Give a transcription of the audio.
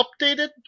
updated